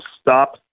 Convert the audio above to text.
stop